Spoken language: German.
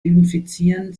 infizieren